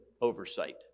oversight